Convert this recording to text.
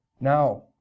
now